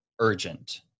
urgent